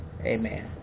Amen